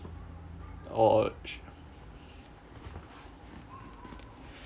or or shou~